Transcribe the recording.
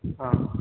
ಹಾಂ